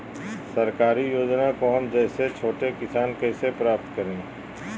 सरकारी योजना को हम जैसे छोटे किसान कैसे प्राप्त करें?